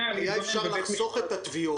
להופיע בבית המשפט --- היה אפשר לחסוך את התביעות.